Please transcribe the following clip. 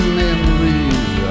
memories